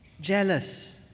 jealous